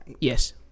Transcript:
Yes